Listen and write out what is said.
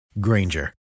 Granger